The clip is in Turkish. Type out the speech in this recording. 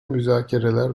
müzakereler